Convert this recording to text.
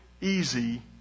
easy